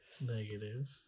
Negative